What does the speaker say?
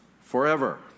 forever